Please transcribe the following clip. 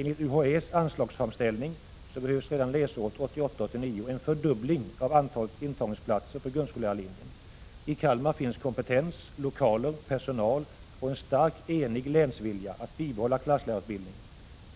Enligt UHÄ:s anslagsframställning behövs redan läsåret 1988/89 en fördubbling av antalet intagningsplatser på grundskollärarlinjen. I Kalmar finns kompetens, lokaler, personal och en stark enig länsvilja att bibehålla klasslärarutbildningen.